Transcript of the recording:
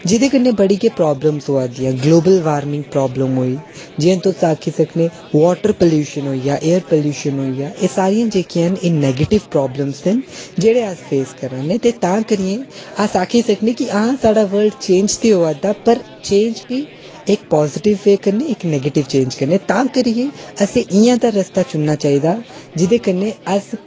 जेह्दे कन्नै बड़ी गै प्राब्लमां आवै दियां ग्लोबल वार्मिंग प्राब्लम होई जियां तुस आक्खी सकने वाटर प्लूशन होई गेआ एयर प्लूशन होई गेआ एह् सारियां जेह्कियां न एह् नैगेटिव प्राब्लमां न जेह्ड़े अस फेस करा ने तां करियै अस आक्खी सकने आं कि साढ़ा बलर्ड च चेंज ते होआ दा पर चेंज बी इक पाजिटव बे कन्नै इक नैगेटिव चेंज कन्नै तां करियै असें इ'यै नेहा रस्ता चुनना चाहिदा जेह्दे कन्नै अस